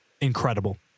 Incredible